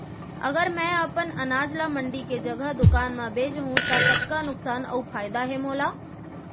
अगर मैं अपन अनाज ला मंडी के जगह दुकान म बेचहूँ त कतका नुकसान अऊ फायदा हे मोला?